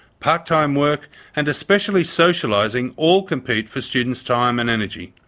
part time work and, especially, socialising all compete for students' time and energy.